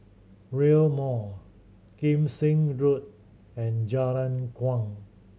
Rail Mall Kim Seng Road and Jalan Kuang